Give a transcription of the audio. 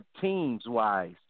teams-wise